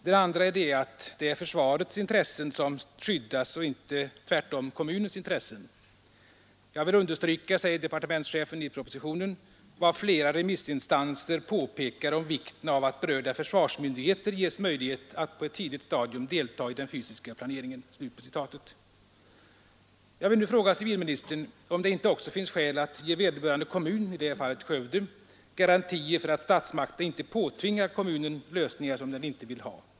Den andra är att det är försvarets intressen som skyddas och inte tvärtom kommunens intressen gentemot försvaret. ”Jag vill ——— understryka”, säger departementschefen i propositionen, ”vad flera remissinstanser påpekar om vikten av att berörda försvarsmyndigheter ges möjlighet att på ett tidigt stadium delta i den fysiska planeringen.” Jag vill nu fråga civilministern om det inte också finns skäl att ge vederbörande kommun — i det här fallet Skövde — garantier för att statsmakterna inte påtvingar kommunen lösningar som den inte vill ha.